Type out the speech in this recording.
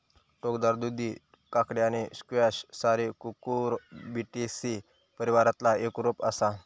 टोकदार दुधी काकडी आणि स्क्वॅश सारी कुकुरबिटेसी परिवारातला एक रोप असा